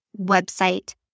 website